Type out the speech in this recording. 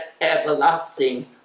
everlasting